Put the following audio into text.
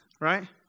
right